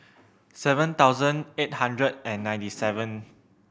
seven thousand eight hundred and ninety seven